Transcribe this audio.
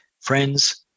Friends